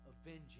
avenging